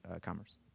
Commerce